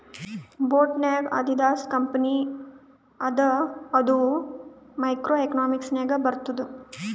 boat ನಾಗ್ Adidas company ಅದ ಅದು ಮೈಕ್ರೋ ಎಕನಾಮಿಕ್ಸ್ ನಾಗೆ ಬರ್ತುದ್